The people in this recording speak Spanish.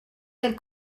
del